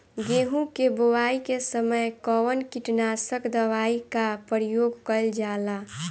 गेहूं के बोआई के समय कवन किटनाशक दवाई का प्रयोग कइल जा ला?